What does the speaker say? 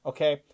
Okay